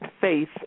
faith